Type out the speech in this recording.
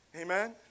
Amen